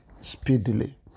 speedily